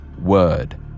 word